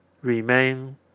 remain